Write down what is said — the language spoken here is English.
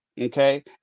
okay